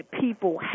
people